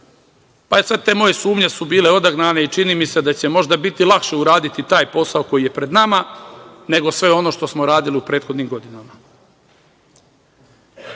pa sve te moje sumnje su bile odagnane i čini mi se da će možda biti lakše uraditi taj posao koji je pred nama, nego sve što smo uradili u prethodnim godinama. Nije